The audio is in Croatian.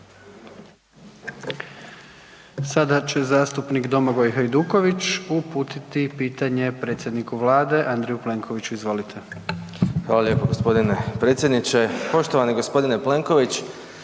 Sada će zastupnik Domagoj Hajduković uputiti pitanje predsjedniku Vlade Andreju Plenkoviću. Izvolite. **Hajduković, Domagoj (SDP)** Hvala lijepo gospodine predsjedniče. Poštovani gospodine Plenković,